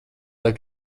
lai